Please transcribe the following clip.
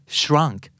shrunk